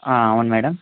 అవును మేడమ్